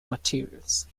materials